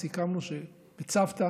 סיכמנו שבצוותא